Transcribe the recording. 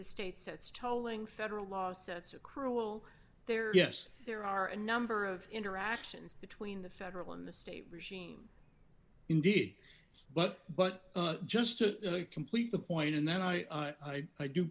the state sets tolling federal law sets a cruel there yes there are a number of interactions between the federal and the state regime indeed but but just to complete the point and then i i